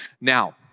Now